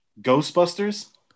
Ghostbusters